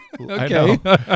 Okay